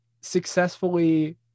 successfully